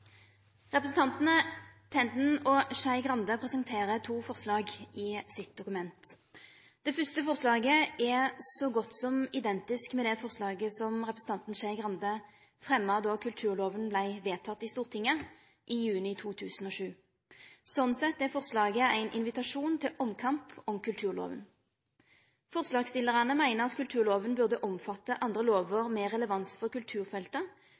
godt som identisk med det forslaget som representanten Skei Grande fremja då kulturloven vart vedteken i Stortinget i juni 2007. Slik sett er forslaget ein invitasjon til omkamp om kulturloven. Forslagsstillarane meiner at kulturloven burde omfatte andre lovar med relevans for kulturfeltet,